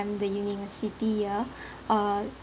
the university year uh